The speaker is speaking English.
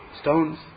stones